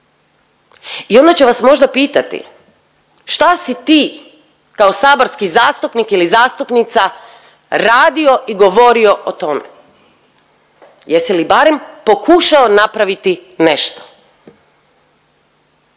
I onda će vas možda pitati šta si ti kao saborski zastupnik ili zastupnica radio i govorio o tome? Jesi li barem pokušao napraviti nešto?